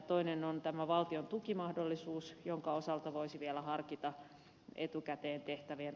toinen on tämä valtiontukimahdollisuus jonka osalta voisi vielä harkita etukäteen tehtävien